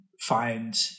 find